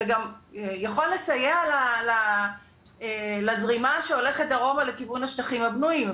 זה גם יכול לסייע לזרימה שהולכת דרומה לכיוון השטחים הבנויים,